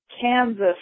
Kansas